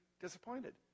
disappointed